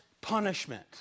punishment